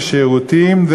בשירותים,